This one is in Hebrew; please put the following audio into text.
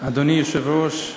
אדוני היושב-ראש,